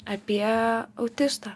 apie autistą